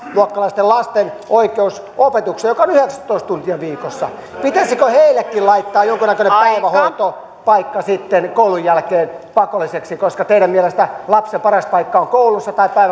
luokkalaisten lasten oikeus opetukseen joka on yhdeksäntoista tuntia viikossa pitäisikö heillekin sitten laittaa jonkunnäköinen päivähoitopaikka koulun jälkeen pakolliseksi koska teidän mielestänne lapselle paras paikka on koulussa tai